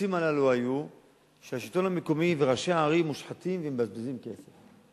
לקיצוצים הללו היה שהשלטון המקומי וראשי הערים מושחתים ומבזבזים כסף.